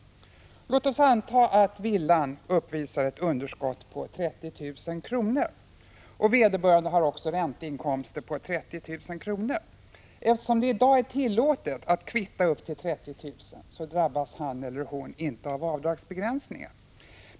Låt oss anta att villan visar ett underskott på 30 000 kr. Vederbörande har också ränteinkomster på 30 000 kr. Eftersom det i dag är tillåtet att kvitta upp till 30 000 drabbas villaägaren inte av avdragsbegränsningen.